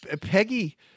peggy